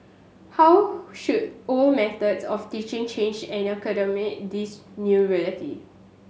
how should old methods of teaching change this new reality